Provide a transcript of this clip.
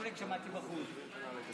בהחלט שמעתי בחוץ.